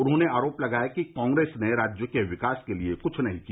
उन्होंने आरोप लगाया कि कांग्रेस ने राज्य के विकास के लिए कुछ नहीं किया